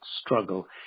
struggle